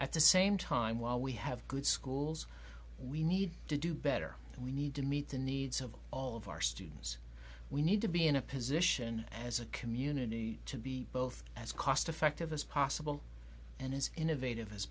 at the same time while we have good schools we need to do better and we need to meet the needs of all of our students we need to be in a position as a community to be both as cost effective as possible and as innovative as